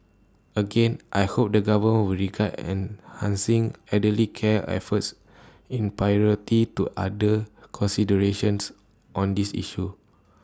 again I hope the government will regard enhancing elderly care efforts in priority to other considerations on this issue